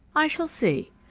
i shall see.